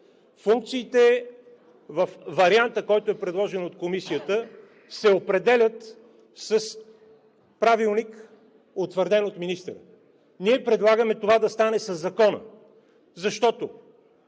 Във варианта, който е предложен от Комисията, функциите се определят с правилник, утвърден от министъра. Ние предлагаме това да стане със Закона, защото